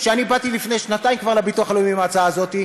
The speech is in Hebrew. שאני באתי כבר לפני שנתיים לביטוח הלאומי עם ההצעה הזאת,